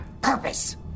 purpose